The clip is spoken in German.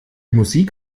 musik